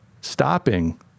stopping